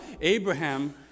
Abraham